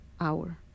hour